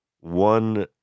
one